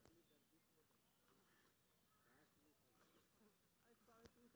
आपन खाता से भी बिल भुगतान कर सके छी?